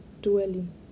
dwelling